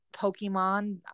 Pokemon